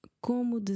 Como